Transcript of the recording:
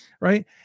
right